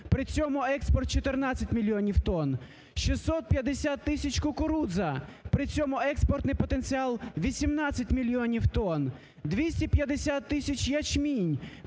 при цьому експорт 14 мільйонів тонн, 650 тисяч кукурудза, при цьому експортний потенціал 18 мільйонів тонн, 250 тисяч ячмінь,